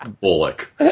Bullock